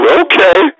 okay